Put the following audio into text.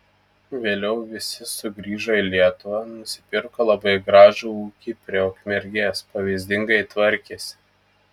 vėliau visi sugrįžo į lietuvą nusipirko labai gražų ūkį prie ukmergės pavyzdingai tvarkėsi